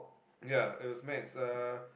ya it was maths uh